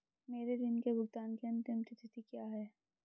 मेरे ऋण के भुगतान की अंतिम तिथि क्या है?